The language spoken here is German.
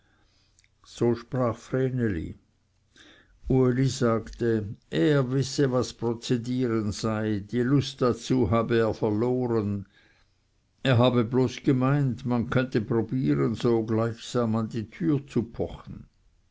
so sprach vreneli uli sagte er wisse was prozedieren sei die lust dazu habe er verloren er habe bloß gemeint man könnte probieren so gleichsam an die türe pochen